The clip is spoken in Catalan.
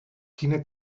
quina